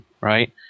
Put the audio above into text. right